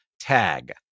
tag